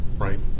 Right